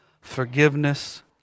forgiveness